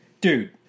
Dude